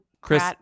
Chris